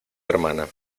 hermana